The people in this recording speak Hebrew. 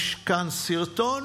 יש כאן סרטון,